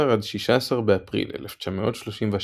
ב-15–16 באפריל 1936,